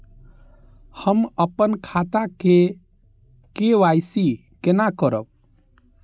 हम अपन खाता के के.वाई.सी केना करब?